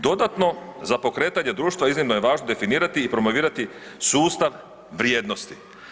Dodatno za pokretanje društva iznimno je važno definirati i promovirati sustav vrijednosti.